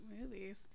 movies